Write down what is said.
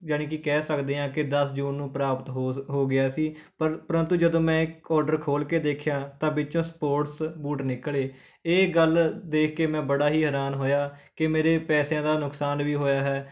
ਜਾਣੀ ਕਿ ਕਹਿ ਸਕਦੇ ਹਾਂ ਕਿ ਦਸ ਜੂਨ ਨੂੰ ਪ੍ਰਾਪਤ ਹੋ ਹੋ ਗਿਆ ਸੀ ਪਰ ਪਰੰਤੂ ਜਦੋਂ ਮੈਂ ਓਡਰ ਖੋਲ੍ਹ ਕੇ ਦੇਖਿਆ ਤਾਂ ਵਿੱਚੋਂ ਸਪੋਰਟਸ ਬੂਟ ਨਿਕਲੇ ਇਹ ਗੱਲ ਦੇਖ ਕੇ ਮੈਂ ਬੜਾ ਹੀ ਹੈਰਾਨ ਹੋਇਆ ਕਿ ਮੇਰੇ ਪੈਸਿਆਂ ਦਾ ਨੁਕਸਾਨ ਵੀ ਹੋਇਆ ਹੈ